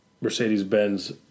Mercedes-Benz